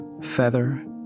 feather